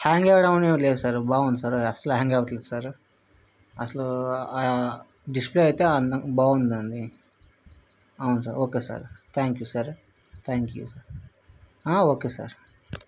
hang అవడం అనేవి లేదు సార్ బాగుంది సార్ అసలు హ్యాంగ్ అవ్వట్లేదు సార్ అసలు డిస్ప్లే అయితే బాగుంది అండి అవును sir okay sir thank you sir thank you ఆ ఓకే సార్